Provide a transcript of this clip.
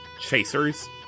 chasers